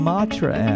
Matra